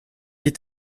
est